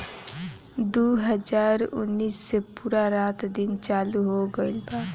दु हाजार उन्नीस से पूरा रात दिन चालू हो गइल बा